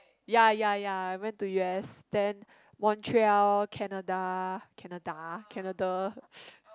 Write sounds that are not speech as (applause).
ya ya ya I went to u_s then Montreal Canada Canada Canada (breath)